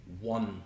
one